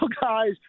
guys